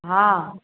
हँ